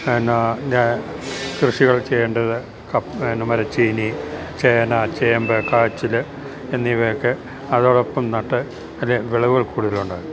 കൃഷികൾ ചെയ്യേണ്ടത് പിന്നെ മരച്ചീനി ചേന ചേമ്പ് കാച്ചില് എന്നിവയൊക്കെ അതോടൊപ്പം നട്ടാല് വിളവുകൾ കൂടുതലുണ്ടാകും